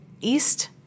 East